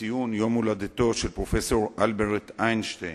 לציון יום-הולדתו של פרופסור אלברט איינשטיין,